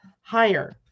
higher